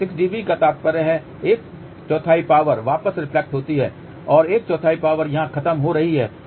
तो 6 dB का तात्पर्य है एक चौथाई पावर वापस रिफ्लेक्टेड होती है और एक चौथाई पावर यहां खत्म हो रही है